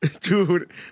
dude